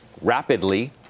rapidly